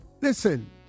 Listen